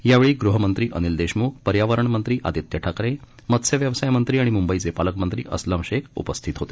यावेळी ग़हमंत्री अनिल देशम्ख पर्यावरण मंत्री आदित्य ठाकरे मत्स्य व्यवसाय मंत्री आणि म्बईचे पालकमंत्री अस्लम शेख आदी उपस्थित होते